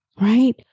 right